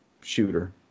shooter